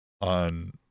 on